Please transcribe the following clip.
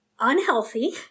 unhealthy